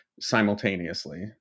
simultaneously